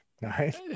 Nice